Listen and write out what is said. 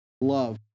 love